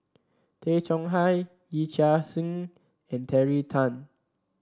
Tay Chong Hai Yee Chia Hsing and Terry Tan